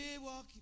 walking